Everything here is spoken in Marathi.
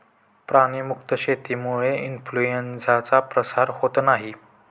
प्राणी मुक्त शेतीमुळे इन्फ्लूएन्झाचा प्रसार होत नाही